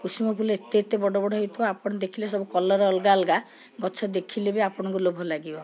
କୁସୁମ ଫୁଲ ଏତେ ଏତେ ବଡ଼ ବଡ଼ ହୋଇଥିବ ଆପଣ ଦେଖିଲେ ସବୁ କଲର ଅଲଗା ଅଲଗା ଗଛ ଦେଖିଲେ ବି ଆପଣଙ୍କୁ ଲୋଭ ଲାଗିବ